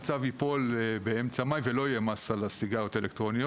הצו ייפול באמצע מאי ולא יהיה מס על הסיגריות האלקטרוניות.